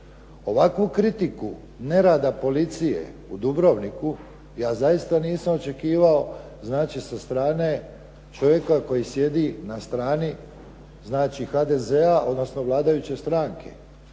Ovakvu kritiku nerada policije u Dubrovniku ja zaista nisam očekivao znači sa strane čovjeka koji sjedi na strani, znači HDZ-a odnosno vladajuće stranke.